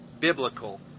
biblical